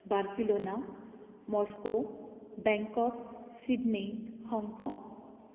Barcelona Moscow Bangkok Sydney Hong Kong